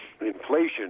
Inflation